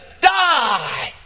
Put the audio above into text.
die